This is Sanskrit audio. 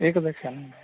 एकसेक्शन्